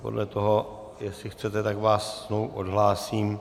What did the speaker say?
Podle toho, jestli chcete, tak vás znovu odhlásím.